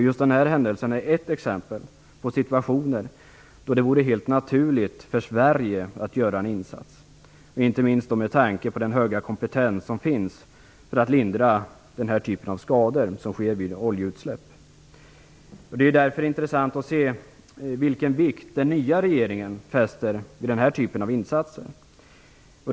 Just denna händelse är ett exempel på situationer då det vore helt naturligt för Sverige att göra en insats, inte minst med tanke på den höga kompetens som finns, för att lindra den typ av skador sker vid ett oljeutsläpp. Det är därför intressant att se vilken vikt den nya regeringen fäster vid den här typen av insatser.